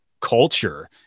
culture